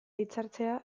hitzartzea